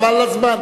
חבל על הזמן.